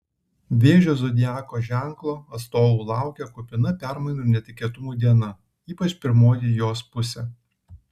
vėžio zodiako ženklo atstovų laukia kupina permainų ir netikėtumų diena ypač pirmoji jos pusė